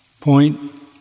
point